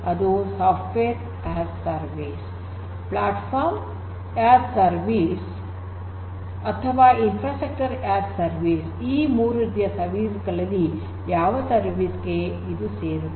ಅದು software as a service platform as a service ಅಥವಾ infrastructure as a service ಈ ಮೂರು ರೀತಿಯ ಸರ್ವಿಸ್ ಗಳಲ್ಲಿ ಯಾವ ಸರ್ವಿಸ್ ಗೆ ಇದು ಸೇರುತ್ತದೆ